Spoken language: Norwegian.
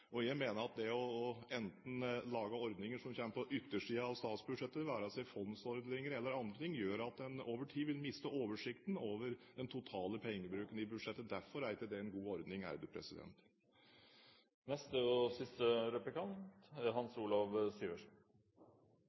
Jeg mener at det å lage ordninger som kommer på yttersiden av statsbudsjettet, det være seg fondsordninger eller andre ting, gjør at en over tid vil miste oversikten over den totale pengebruken i budsjettet. Derfor er ikke det en god ordning.